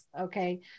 Okay